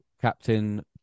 Captain